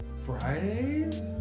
Fridays